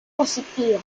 positiva